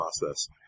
process